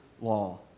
law